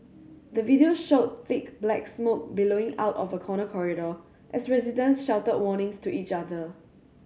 the video showed thick black smoke billowing out of a corner corridor as residents shouted warnings to each other